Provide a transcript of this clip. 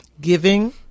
giving